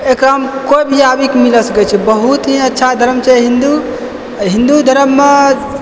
एकरामे कोइ भी आबिके मिलऽ सकय छै बहुत ही अच्छा धर्म छै हिन्दू हिन्दू धर्ममे